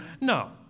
No